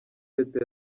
eto’o